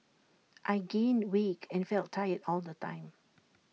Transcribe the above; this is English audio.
I gained weight and felt tired all the time